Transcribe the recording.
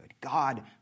God